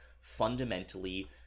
fundamentally